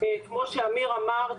כמו שאמיר אמר,